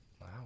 wow